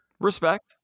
Respect